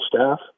staff